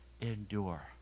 Endure